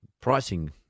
pricing